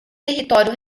território